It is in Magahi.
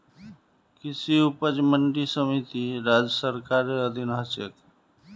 कृषि उपज मंडी समिति राज्य सरकारेर अधीन ह छेक